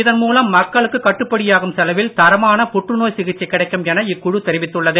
இதன் மூலம் மக்களுக்கு கட்டுப்படியாகும் செலவில் தரமான புற்றுநோய் சிகிச்சை கிடைக்கும் என இக்குழு தெரிவித்துள்ளது